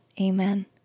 Amen